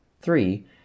Three